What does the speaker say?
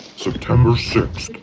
september six,